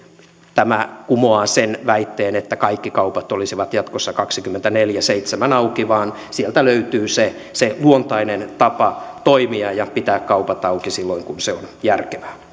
tämä kumoaa sen väitteen että kaikki kaupat olisivat jatkossa kaksikymmentäneljä kautta seitsemän auki vaan sieltä löytyy se se luontainen tapa toimia ja pitää kaupat auki silloin kun se on järkevää